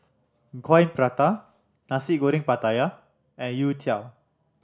Coin Prata Nasi Goreng Pattaya and youtiao